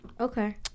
okay